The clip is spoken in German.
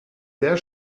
sehr